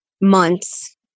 months